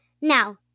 Now